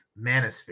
Manosphere